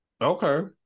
Okay